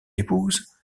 épouse